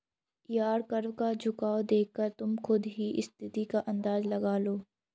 yield curve का झुकाव देखकर तुम खुद ही स्थिति का अंदाजा लगा लो